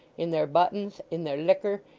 in their buttons, in their liquor,